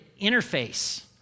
interface